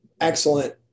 excellent